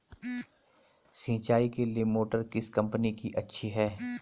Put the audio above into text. सिंचाई के लिए मोटर किस कंपनी की अच्छी है?